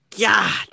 God